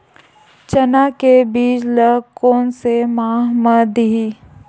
चना के बीज ल कोन से माह म दीही?